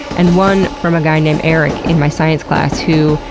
and one from a guy named erik in my science class who,